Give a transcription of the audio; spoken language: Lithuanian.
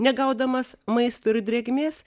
negaudamas maisto ir drėgmės